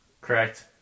Correct